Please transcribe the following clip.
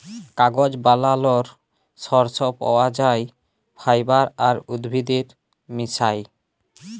কাগজ বালালর সর্স পাউয়া যায় ফাইবার আর উদ্ভিদের মিশায়